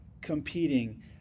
competing